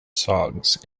songs